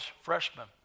freshman